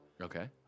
Okay